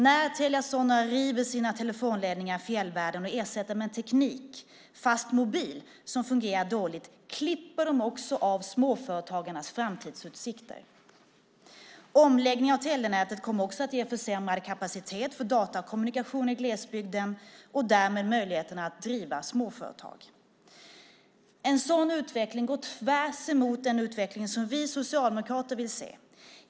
När Telia Sonera river sina telefonledningar i fjällvärlden och ersätter dem med en teknik - fastmobil - som fungerar dåligt klipper de också av småföretagarnas framtidsutsikter. Omläggningen av telenätet kommer också att ge försämrad kapacitet för datakommunikation i glesbygden och därmed även en försämrad möjlighet att driva småföretag. En sådan utveckling går tvärs emot den utveckling som vi socialdemokrater vill se.